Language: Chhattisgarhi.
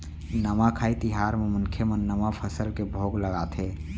नवाखाई तिहार म मनखे मन नवा फसल के भोग लगाथे